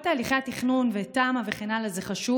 כל תהליכי התכנון ותמ"א וכן הלאה זה חשוב,